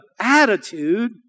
attitude